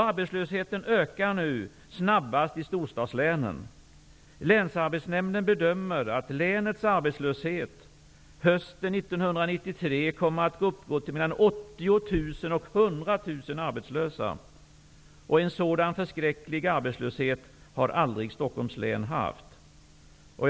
Arbetslösheten ökar nu snabbast i storstadslänen. Länsarbetsnämnden bedömer att länets arbetslöshet hösten 1993 kommer att uppgå till mellan 80 000 och 100 000 arbetslösa. En sådan förskräcklig arbetslöshet har Stockholms län aldrig haft.